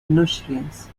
nutrients